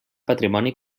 patrimoni